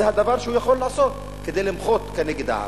זה הדבר שהוא היה יכול לעשות כדי למחות כנגד העוול.